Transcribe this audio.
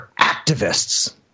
activists